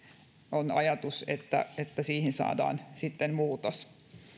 on ajatus että että siihen saadaan sitten muutos